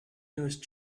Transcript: newest